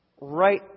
right